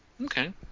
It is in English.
Okay